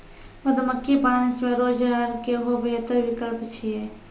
मधुमक्खी पालन स्वरोजगार केरो बेहतर विकल्प छिकै